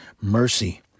mercy